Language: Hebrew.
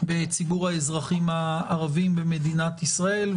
בציבור האזרחים הערבים במדינת ישראל.